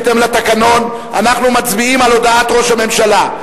בהתאם לתקנון אנחנו מצביעים על הודעת ראש הממשלה.